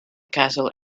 castle